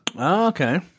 Okay